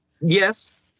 Yes